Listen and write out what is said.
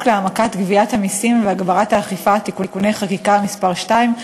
להעמקת גביית המסים והגברת האכיפה (תיקוני חקיקה) (מס' 2),